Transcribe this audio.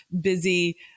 busy